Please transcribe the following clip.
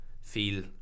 feel